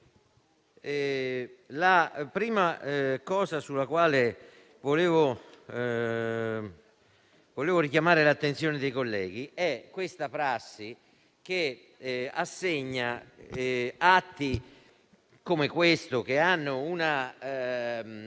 il primo punto sul quale volevo richiamare l'attenzione dei colleghi è la prassi, che assegna atti come questo, che hanno una